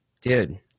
Dude